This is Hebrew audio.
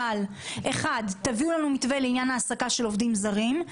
אבל תביאו לנו מתווה לעניין העסקה של עובדים זרים.